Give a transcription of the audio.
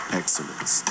excellence